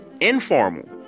informal